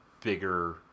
bigger